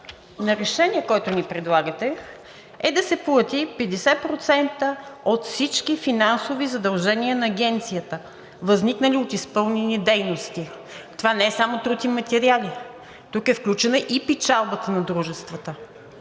на решение, който ни предлагате, е да се плати 50% от всички финансови задължения на Агенцията, възникнали от изпълнени дейности. Това не е само труд и материали, тук е включена и печалбата на дружествата,